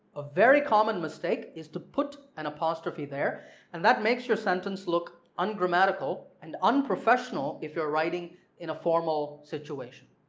a very common mistake is to put an apostrophe there and that makes your sentence look ungrammatical and unprofessional if you're writing in a formal situation.